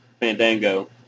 Fandango